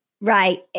right